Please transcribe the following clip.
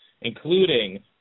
including